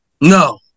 No